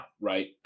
right